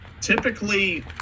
typically